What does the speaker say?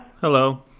Hello